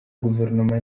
guverinoma